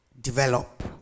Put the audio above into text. develop